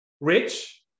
rich